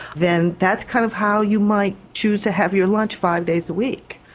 then that's kind of how you might choose to have your lunch five days a week.